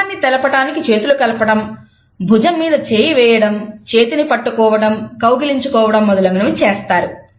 స్నేహాన్ని తెలుపటానికి చేతులు కలపడం భుజం మీద చేయి వేయడం చేతిని పట్టుకోవడం కౌగిలించుకోవడం మొదలగునవి చేస్తారు